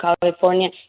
California